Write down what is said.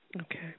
Okay